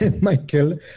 Michael